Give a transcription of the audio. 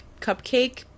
cupcake